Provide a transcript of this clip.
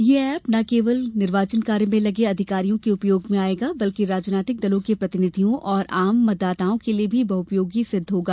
यह एप न केवल निर्वाचन कार्य में लगे अधिकारियों के उपयोग में आयेगा बल्कि राजनीतिक दलों के प्रतिनिधियों और आम मतदाताओं के लिए भी बहउपयोगी सिद्ध होगा